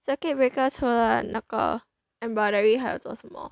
circuit breaker 除了那个 embroidery 还有做什么